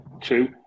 Two